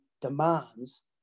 demands